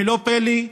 ולא פלא,